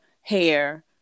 hair